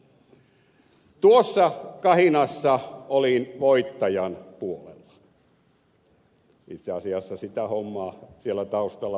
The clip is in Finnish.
tuossa kahinassa olin voittajan puolella itse asiassa sitä hommaa siellä taustalla vetämässä